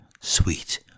sweet